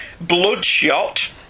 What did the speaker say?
Bloodshot